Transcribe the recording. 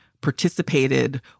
participated